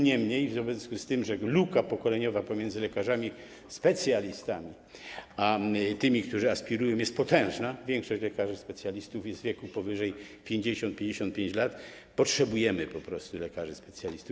Niemniej w związku z tym, że luka pokoleniowa pomiędzy lekarzami specjalistami a tymi, którzy aspirują, jest potężna, większość lekarzy specjalistów jest w wieku powyżej 50, 55 lat, potrzebujemy po prostu lekarzy specjalistów.